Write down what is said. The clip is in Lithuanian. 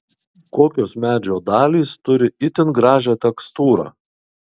kokios medžio dalys turi itin gražią tekstūrą